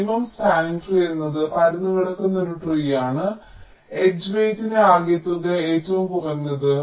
minimum spanning tree എന്നത് പരന്നുകിടക്കുന്ന ഒരു ട്രീ ആണ് എഡ്ജ് വെയിറ്റിന്റെ ആകെത്തുക ഏറ്റവും കുറഞ്ഞത്